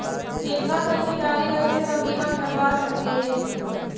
केतना तक के गाड़ी रहतै त बिमा करबा सकली हे?